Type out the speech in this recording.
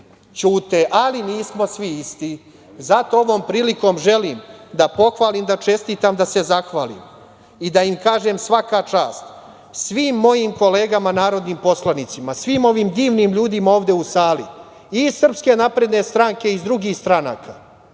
ćute. Ali, nismo svi isti. Zato ovom prilikom želim da pohvalim, da čestitam, da se zahvalim i da ima kažem svaka čast, svim mojim kolegama narodnim poslanicima, svim ovim divnim ljudima ovde u sali, i iz SNS i iz drugih stranaka,